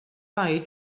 bye